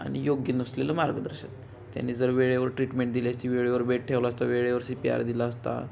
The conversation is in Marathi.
आणि योग्य नसलेलं मार्गदर्शन त्यांनी जर वेळेवर ट्रीटमेंट दिली असती वेळेवर बेड ठेवला असता वेळेवर सी पी आर दिला असता